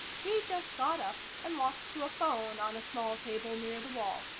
he just got up and walked to a phone on a small table, near the wall.